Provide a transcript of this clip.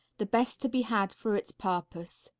the best to be had for its purpose.